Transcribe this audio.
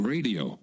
Radio